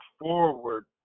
forward